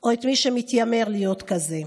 או את מי שמתיימר להיות כזה.